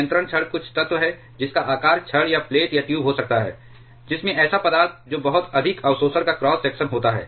नियंत्रण छड़ कुछ तत्व हैं जिसका आकार छड़ या प्लेट या ट्यूब हो सकता है जिसमें ऐसा पदार्थ जो बहुत अधिक अवशोषण का क्रॉस सेक्शन होता है